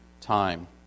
time